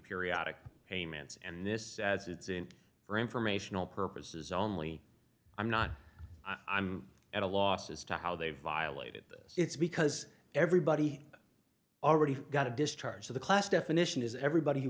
periodic payments and this as it's in for informational purposes only i'm not i'm at a loss as to how they violated this it's because everybody already got a discharge so the class definition is everybody who